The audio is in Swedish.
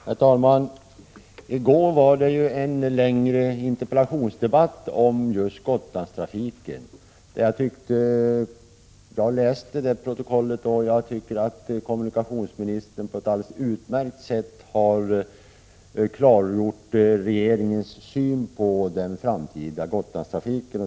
Herr talman! I går fördes en längre interpellationsdebatt om Gotlandstrafiken. Jag har läst protokollet och tycker att kommunikationsministern på ett alldeles utmärkt sätt klargjorde regeringens syn på den framtida Gotlandstrafiken.